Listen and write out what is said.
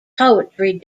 poetry